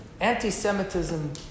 anti-Semitism